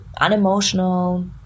unemotional